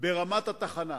ברמת התחנה.